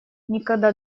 никогда